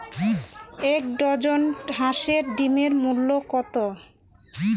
এক ডজন হাঁসের ডিমের মূল্য কত?